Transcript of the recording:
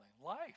life